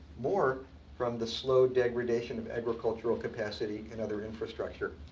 more from the slow degradation of agricultural capacity, and other infrastructure.